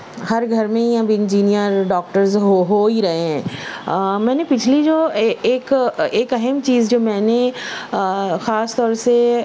ہر گھر میں ہی اب انجینئر ڈاکٹرز ہو ہو ہی رہے ہیں میں نے پچھلی جو ایک ایک اہم چیز جو میں نے خاص طور سے